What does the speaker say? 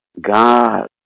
God